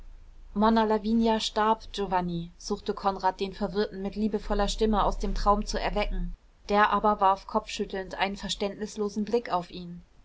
monna lavinia starb giovanni suchte konrad den verwirrten mit liebevoller stimme aus dem traum zu erwecken der aber warf kopfschüttelnd einen verständnislosen blick auf ihn